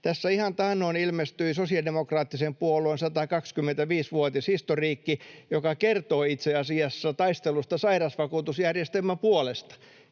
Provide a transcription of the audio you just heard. Tässä ihan taannoin ilmestyi sosiaalidemokraattisen puolueen 125-vuotishistoriikki, joka kertoo itse asiassa taistelusta sairausvakuutusjärjestelmän puolesta,